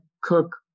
cook